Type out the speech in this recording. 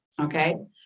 Okay